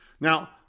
Now